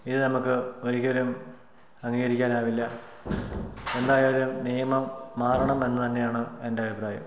ഇതു നമുക്ക് ഒരിക്കലും അംഗീകരിക്കാനാകില്ല എന്തായാലും നിയമം മാറണം എന്നു തന്നെയാണ് എൻ്റെ അഭിപ്രായം